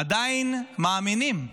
עדיין מאמינים.